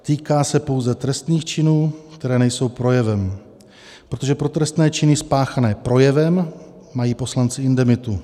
Týká se pouze trestných činů, které nejsou projevem, protože pro trestné činy spáchané projevem mají poslanci indemitu.